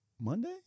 Monday